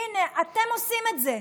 הינה, אתם עושים את זה.